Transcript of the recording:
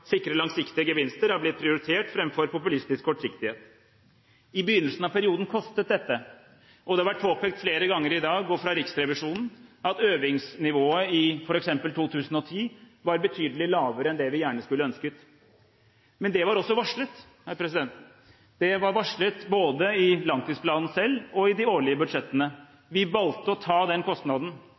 sikre langsiktige gevinster har blitt prioritert framfor populistisk kortsiktighet. I begynnelsen av perioden kostet dette, og det har vært påpekt flere ganger i dag, og fra Riksrevisjonen, at øvingsnivået i f.eks. 2010 var betydelig lavere enn det vi gjerne skulle ønsket. Men det var også varslet. Det var varslet både i selve langtidsplanen og i de årlige budsjettene. Vi valgte å ta den kostnaden.